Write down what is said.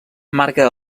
marca